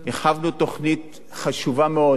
הרחבנו תוכנית חשובה מאוד,